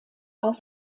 aus